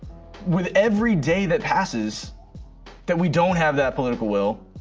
with every day that passes that we don't have that political will,